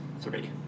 three